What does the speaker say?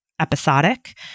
episodic